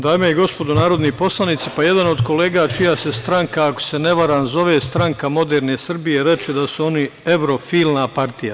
Dame i gospodo narodni poslanici, jedan od kolega čija se stranka, ako se ne varam, zove Stranka moderne Srbije reče da su oni evrofilna partija.